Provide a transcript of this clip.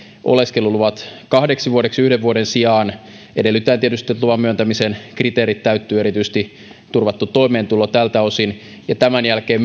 oleskeluluvat kahdeksi vuodeksi yhden vuoden sijaan edellyttää tietysti että luvan myöntämisen kriteerit täyttyvät erityisesti turvattu toimeentulo tältä osin ja tämän jälkeen